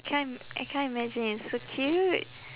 can't I can't imagine it's so cute